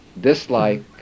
dislike